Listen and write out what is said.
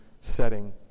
setting